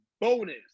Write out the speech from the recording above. bonus